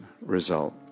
result